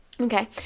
okay